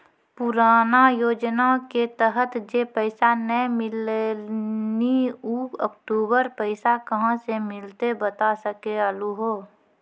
पुराना योजना के तहत जे पैसा नै मिलनी ऊ अक्टूबर पैसा कहां से मिलते बता सके आलू हो?